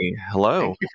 hello